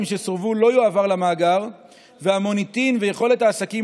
שסורבו לא יועבר למאגר והמוניטין והיכולת של העסקים